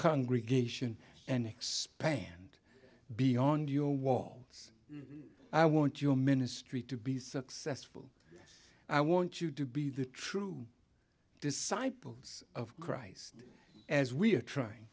congregation and expand beyond your wall i want your ministry to be successful i want you to be the true disciples of christ as we are trying